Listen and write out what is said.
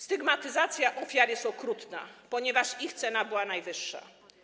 Stygmatyzacja ofiar jest okrutna, ponieważ ich cena była najwyższa.